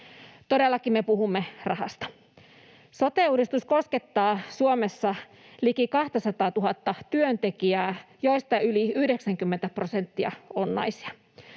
Todellakin me puhumme rahasta. Sote-uudistus koskettaa Suomessa liki 200 000:ta työntekijää, joista yli 90 prosenttia